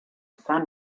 sun